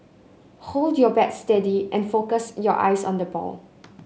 hold your bat steady and focus your eyes on the ball